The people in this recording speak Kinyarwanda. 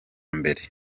mbere